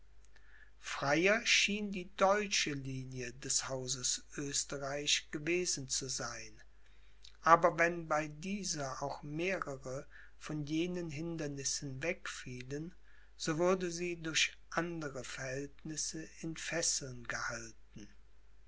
freier schien die deutsche linie des hauses oesterreich gewesen zu sein aber wenn bei dieser auch mehrere von jenen hindernissen wegfielen so wurde sie durch andere verhältnisse in fesseln gehalten